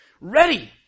ready